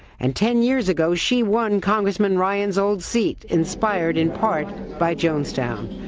and ten years ago she won congressman ryan's old seat inspired in part by jonestown.